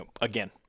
again